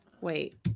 Wait